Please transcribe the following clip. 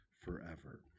forever